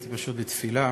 פשוט הייתי בתפילה,